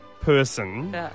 person